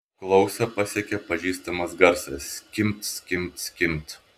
klausą pasiekė pažįstamas garsas skimbt skimbt skimbt